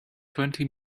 twenty